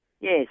Yes